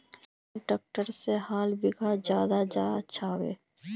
कुन ट्रैक्टर से हाल बिगहा ले ज्यादा अच्छा होचए?